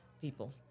people